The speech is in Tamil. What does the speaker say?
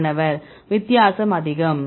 மாணவர் வித்தியாசம் அதிகம்